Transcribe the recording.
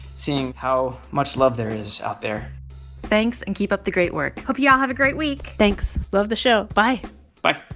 seeing how much love there is out there thanks. and keep up the great work hope y'all have a great week thanks love the show. bye bye